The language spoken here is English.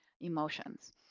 emotions